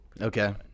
okay